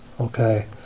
okay